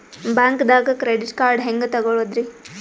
ಬ್ಯಾಂಕ್ದಾಗ credit card ಹೆಂಗ್ ತಗೊಳದ್ರಿ?